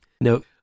No